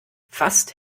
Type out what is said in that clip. fast